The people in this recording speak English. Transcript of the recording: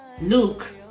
Luke